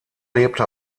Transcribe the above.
lebte